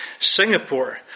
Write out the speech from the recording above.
Singapore